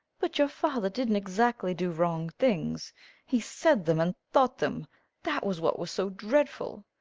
but your father didn't exactly do wrong things he said them and thought them that was what was so dreadful.